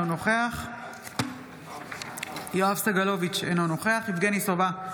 אינו נוכח יואב סגלוביץ' אינו נוכח יבגני סובה,